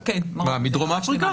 מדרום אפריקה?